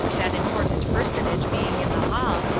that important personage being in the hall,